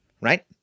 Right